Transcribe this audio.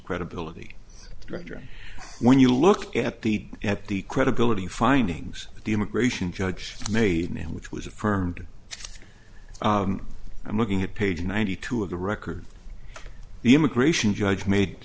credibility roger when you look at the at the credibility findings of the immigration judge made and which was affirmed i'm looking at page ninety two of the record the immigration judge made